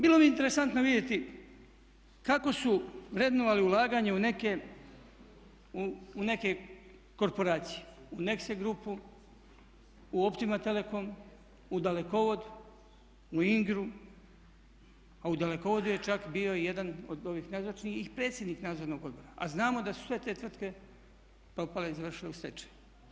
Bilo bi interesantno vidjeti kako su vrednovali ulaganje u neke korporacije u Nexe grupu, u Optima telecom, u Dalekovod, u Ingru, a u Dalekovodu je čak bio i jedan od ovih nazočnih i predsjednik Nadzornog odbora, a znamo da su sve te tvrtke propale i završile u stečaju.